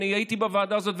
אני הייתי בוועדה הזאת,